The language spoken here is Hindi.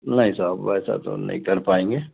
नहीं साहब वैसा तो नहीं कर पायेंगे